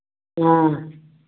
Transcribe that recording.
हाँ